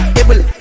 able